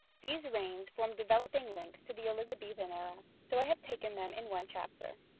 these reigns form developing links to the elizabethan era, so i have taken them in one chapter.